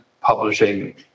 publishing